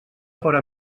fóra